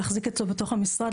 להחזיק אצלו בתוך המשרד,